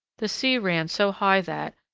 the sea ran so high that,